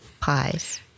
pies